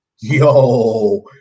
Yo